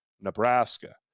Nebraska